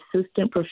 assistant